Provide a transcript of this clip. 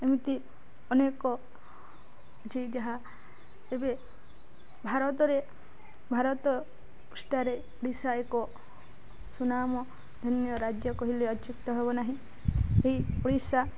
ଏମିତି ଅନେକ ଅଛି ଯାହା ଏବେ ଭାରତରେ ଭାରତ ପୃଷ୍ଠାରେ ଓଡ଼ିଶା ଏକ ସୁନାମ ଧନ୍ୟ ରାଜ୍ୟ କହିଲେ ଅତ୍ୟୁକ୍ତି ହେବ ନାହିଁ ଏହି ଓଡ଼ିଶା